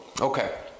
Okay